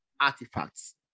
artifacts